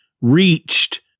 reached